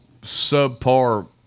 subpar